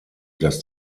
dass